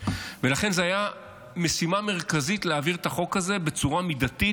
לכן זו הייתה משימה מרכזית להעביר את החוק הזה בצורה מידתית.